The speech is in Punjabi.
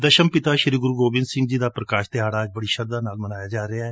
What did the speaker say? ਦਸ਼ਮਪਿਤਾ ਗੁਰੁ ਗੋਬਿੰਦ ਸਿੰਘ ਜੀ ਦਾ ਪ੍ਰਕਾਸ਼ ਦਿਹਾੜਾ ਅੱਜ ਬੜੀ ਸ਼ਰਧਾ ਨਾਲ ਮਨਾਇਆ ਜਾ ਰਿਹੈ